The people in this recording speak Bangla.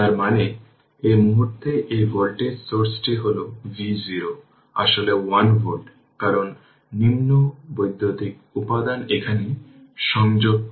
তার মানে এই মুহুর্তে এই ভোল্টেজের সোর্সটি হল V0 আসলে 1 ভোল্ট কারণ নিম্ন বৈদ্যুতিক উপাদান এখানে সংযোগ করে